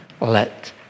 let